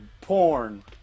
porn